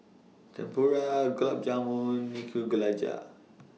Tempura Gulab Jamun